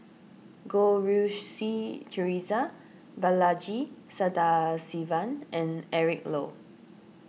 Goh Rui Si theresa Balaji Sadasivan and Eric Low